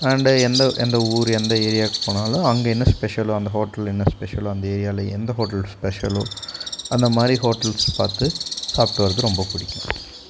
and எந்த எந்த ஊர் எந்த ஏரியாவுக்கு போனாலும் அங்கே என்ன ஸ்பெஷலோ அந்த ஹோட்டலில் என்ன ஸ்பெஷலோ அந்த ஏரியாவில் எந்த ஹோட்டல் ஸ்பெஷலோ அந்தமாதிரி ஹோட்டல்ஸ் பார்த்து சாப்பிட்டு வரது ரொம்ப பிடிக்கும்